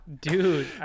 dude